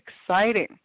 exciting